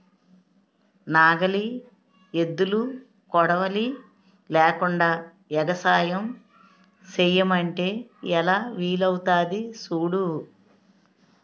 నాగలి, ఎద్దులు, కొడవలి లేకుండ ఎగసాయం సెయ్యమంటే ఎలా వీలవుతాది సూడు